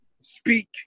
speak